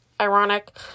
ironic